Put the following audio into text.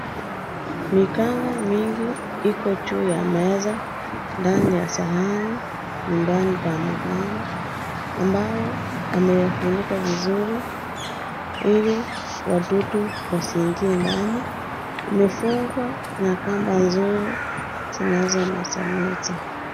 Mikanga mingi iko juu ya meza ndani ya sahani nyumbani pa mganga ,ambayo amayefunika vizuri ili watoto wasiingie ndani . Imefungwa na kamba mzuri zinazometameta.